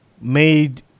made